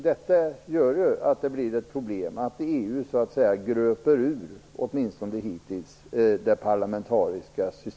Detta gör ju att det blir ett problem; EU gröper ur det parlamentariska systemet - eller har åtminstone gjort det hittills.